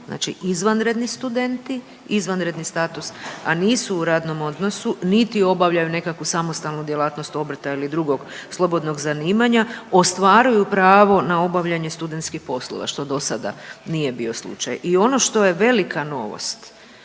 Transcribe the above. znači izvanredni studenti, izvanredni status, a nisu u radnom odnosu niti obavljaju nekakvu samostalnu djelatnost obrta ili drugog slobodnog zanimanja ostvaruju pravo na obavljanje studentskih poslova što dosada nije bio slučaj. I ono što je velika novost,